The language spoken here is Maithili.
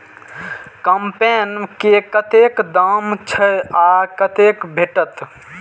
कम्पेन के कतेक दाम छै आ कतय भेटत?